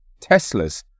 Teslas